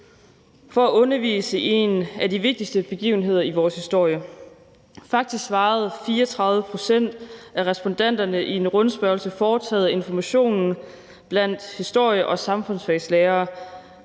for at undervise i en af de vigtigste begivenheder i vores historie. Faktisk svarede 34 pct. af respondenterne i en rundspørge foretaget af Information blandt historie- og samfundsfagslærere,